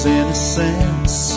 innocence